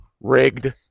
Rigged